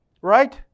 right